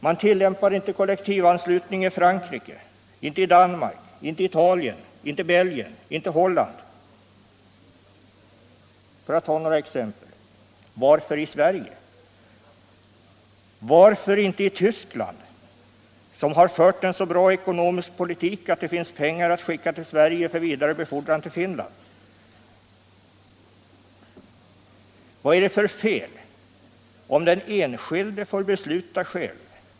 Man tillämpar inte kollektivanslutning i Frankrike, inte i Danmark, inte i Italien, inte i Belgien, inte i Holland, för att ta några exempel. Varför då i Sverige? Varför inte i Tyskland, som har fört en så bra ekonomisk politik att det finns pengar där att skicka till Sverige för vidare befordran till Finland? Vad är det för fel om den enskilde får besluta själv?